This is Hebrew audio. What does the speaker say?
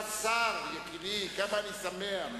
אתה שר, יקירי, ככה, אני שמח,